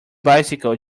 bicycle